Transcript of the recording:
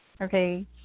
okay